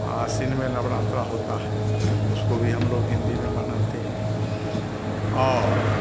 आसिन में नवरात्र होती है उसको भी हमलोग हिन्दी में मनाते हैं और